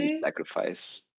sacrifice